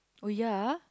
oh ya ah